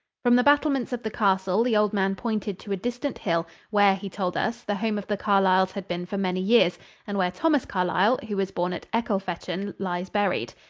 from the battlements of the castle the old man pointed to a distant hill, where, he told us, the home of the carlyles had been for many years and where thomas carlyle, who was born at ecclefechan, lies buried.